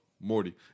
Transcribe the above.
Morty